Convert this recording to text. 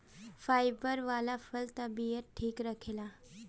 fibre वाला फल तबियत ठीक रखेला